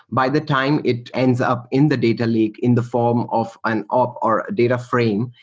by the time it ends up in the data lake in the form of an op or a data frame,